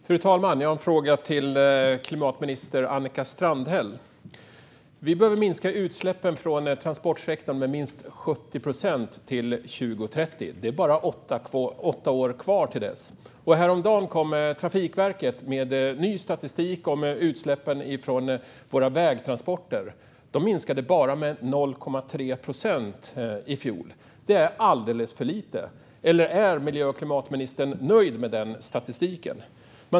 Fru talman! Jag har en fråga till klimatminister Annika Strandhäll. Vi behöver minska utsläppen från transportsektorn med minst 70 procent till 2030. Det är bara åtta år kvar till dess. Häromdagen kom Trafikverket med ny statistik om utsläppen från våra vägtransporter. De minskade med bara 0,3 procent i fjol. Det är alldeles för lite. Är klimat och miljöministern nöjd med statistiken?